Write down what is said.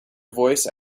voice